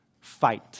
fight